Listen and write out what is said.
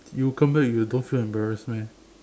you come back you don't feel embarrassed meh